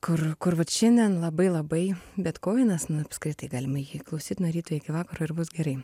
kur kur vat šiandien labai labai bet koenas na apskritai galima jį klausyt nuo ryto iki vakaro ir bus gerai